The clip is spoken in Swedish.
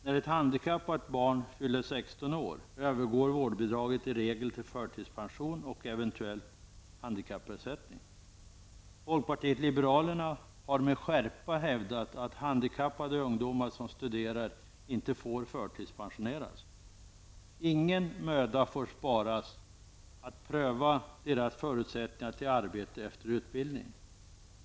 När ett handikappat barn fyller 16 år övergår vårdbidraget i regel till förtidspension och eventuell handikappersättning. Folkpartiet liberalerna har med skärpa hävdat att handikappade ungdomar som studerar inte får förtidspensioneras. Ingen möda får sparas när det gäller att pröva deras förutsättningar till arbete efter utbildning.